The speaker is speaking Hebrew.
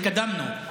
התקדמנו.